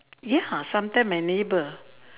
ya sometimes my neighbour